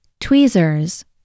Tweezers